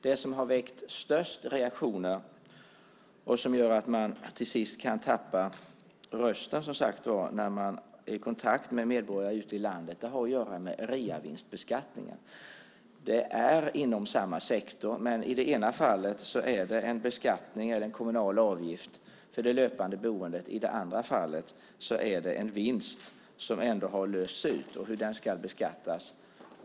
Det som väckt mest reaktioner och som gör att man, som sagt, till sist kan tappa rösten vid kontakter med medborgare ute i landet har att göra med reavinstbeskattningen. Det här är alltså inom samma sektor. Men i det ena fallet är det fråga om en beskattning, om en kommunal avgift, för det löpande boendet. I det andra fallet är det fråga om en vinst som lösts ut och om hur den ska beskattas.